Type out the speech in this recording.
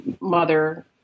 mother